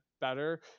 better